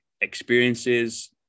experiences